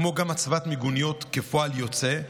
כמו גם הצבת מיגוניות כפועל יוצא,